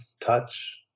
touch